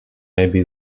maybe